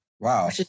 Wow